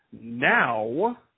now